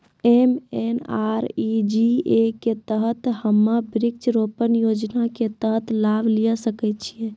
MNREGA के तहत हम्मय वृक्ष रोपण योजना के तहत लाभ लिये सकय छियै?